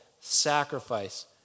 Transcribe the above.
sacrifice